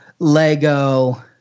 Lego